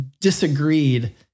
disagreed